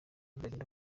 byagenda